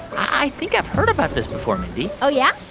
i think i've heard about this before, mindy oh, yeah?